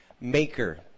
maker